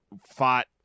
fought